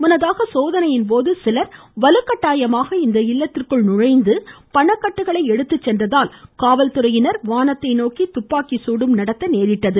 முன்னதாக சோதனையின் போது சிலர் வலுக்கட்டாயமாக இந்த வீட்டிற்குள் நுழைந்து பணக்கட்டுக்களை எடுத்துச்சென்றதால் காவல்துறையினர் வானத்தை நோக்கி துப்பாக்கிசூடும் நடத்த நேரிட்டது